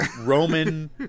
Roman